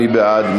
מי בעד?